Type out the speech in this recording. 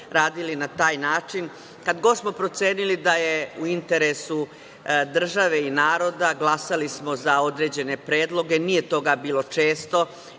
radili na taj način. Kad god smo procenili da je u interesu države i naroda, glasali smo za određene predloge. Nije toga bilo često.